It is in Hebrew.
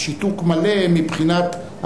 בשעה 16:00,